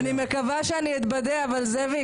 אני מקווה שאני אתבדה אבל זאביק,